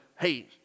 Hey